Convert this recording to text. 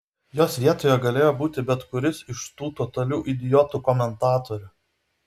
jos vietoje galėjo būti bet kuris iš tų totalių idiotų komentatorių